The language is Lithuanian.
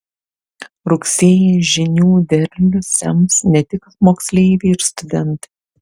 rugsėjį žinių derlių sems ne tik moksleiviai ir studentai